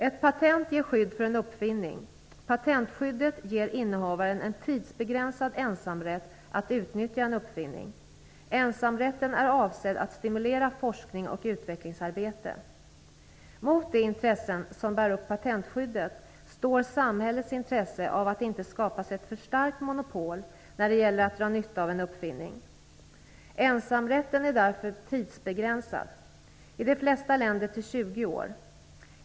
Ett patent ger skydd för en uppfinning. Patentskyddet ger innehavaren en tidsbegränsad ensamrätt att utnyttja en uppfinning. Ensamrätten är avsedd att stimulera forskning och utvecklingsarbete. Mot de intressen som bär upp patentskyddet står samhällets intresse av att det inte skapas ett för starkt monopol när det gäller att dra nytta av en uppfinning. Ensamrätten är därför tidsbegränsad, i de flesta länder till 20 år.